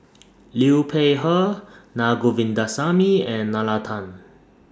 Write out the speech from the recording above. Liu Peihe Na Govindasamy and Nalla Tan